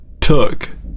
took